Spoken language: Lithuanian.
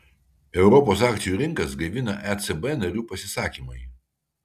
europos akcijų rinkas gaivina ecb narių pasisakymai